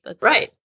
Right